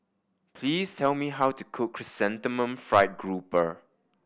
please tell me how to cook Chrysanthemum Fried Grouper